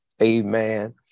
Amen